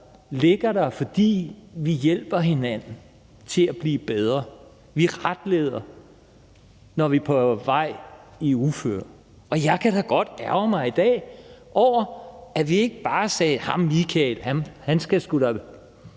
ligger der, fordi vi hjælper hinanden til at blive bedre. Vi retleder hinanden, når vi er på vej i uføre. Jeg kan da godt i dag ærgre mig over, at vi ikke bare sagde noget i stil med: